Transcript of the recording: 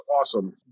awesome